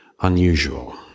unusual